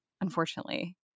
unfortunately